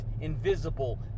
invisible